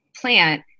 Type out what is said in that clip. plant